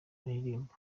baririmba